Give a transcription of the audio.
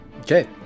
okay